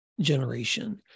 generation